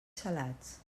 salats